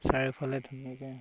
চাৰিওফালে ধুনীয়াকৈ